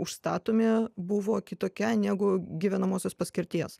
užstatomi buvo kitokia negu gyvenamosios paskirties